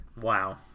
Wow